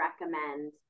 recommend